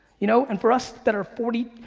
you know? and for us that are forty,